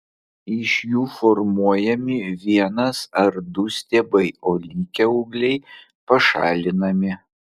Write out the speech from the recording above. iš jų formuojami vienas ar du stiebai o likę ūgliai pašalinami